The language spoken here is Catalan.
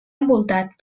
envoltat